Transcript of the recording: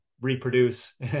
reproduce